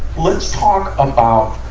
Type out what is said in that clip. let's talk um um